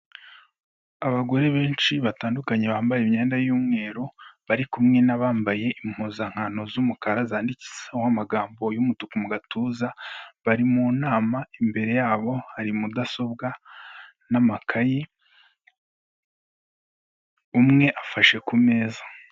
Abagore benshi batandukanye bambaye imyenda y'umweru bari kumwe n'abambaye impuzankano z'umukara zanditseho amagambo y'umutuku mu gatuza, bari mu nama imbere yabo hari mudasobwa n'amakayi, umwe afashe ku meza.